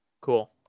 Cool